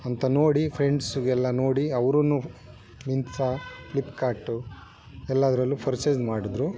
ಅಂತ ನೋಡಿ ಫ್ರೆಂಡ್ಸ್ಗೆಲ್ಲ ನೋಡಿ ಅವ್ರೂ ಮಿಂತ್ರ ಫ್ಲಿಪ್ಕಾರ್ಟು ಎಲ್ಲಾದ್ರಲ್ಲು ಫರ್ಚೆಸ್ ಮಾಡಿದ್ರು